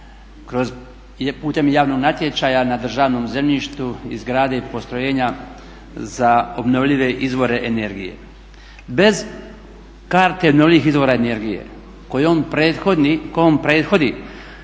se putem javnog natječaja na državnom zemljištu izgrade postrojenja za obnovljive izvore energije. Bez karte obnovljivih izvora energije kojom prethodi